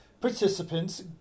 participants